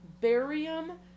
barium